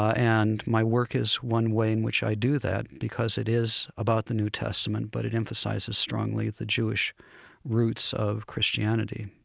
and my work is one way in which i do that because it is about the new testament, but it emphasizes strongly the jewish roots of christianity